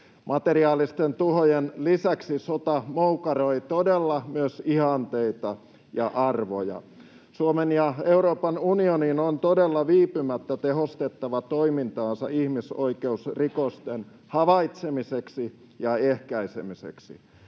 Materiaalisten tuhojen lisäksi sota moukaroi todella myös ihanteita ja arvoja. Suomen ja Euroopan unionin on todella viipymättä tehostettava toimintaansa ihmisoikeusrikosten havaitsemiseksi ja ehkäisemiseksi.